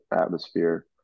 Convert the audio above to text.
atmosphere